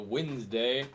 Wednesday